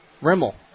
Rimmel